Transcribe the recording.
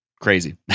crazy